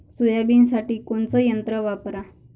सोयाबीनसाठी कोनचं यंत्र वापरा?